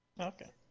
Okay